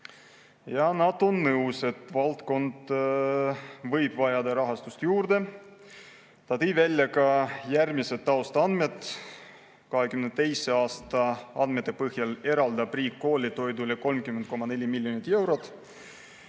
on nõus, et valdkond võib rahastust juurde vajada. Ta tõi välja järgmised taustaandmed. 2022. aasta andmete põhjal eraldab riik koolitoidule 30,4 miljonit eurot,